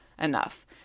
enough